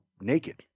naked